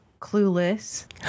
Clueless